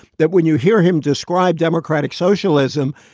that when you hear him describe democratic socialism,